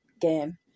game